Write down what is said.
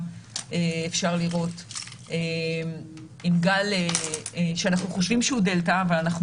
עם גל שאנחנו חושבים שהוא דלתא אבל אנחנו